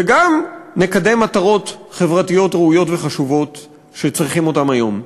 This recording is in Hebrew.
וגם נקדם מטרות חברתיות ראויות וחשובות שצריכים אותן היום.